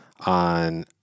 on